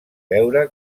veure